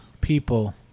people